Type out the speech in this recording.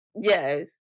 Yes